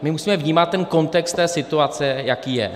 My musíme vnímat kontext té situace, jaký je.